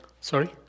Sorry